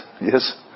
yes